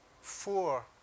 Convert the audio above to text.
four